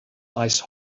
ice